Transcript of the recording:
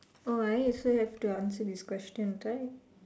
oh I also have to answer this question right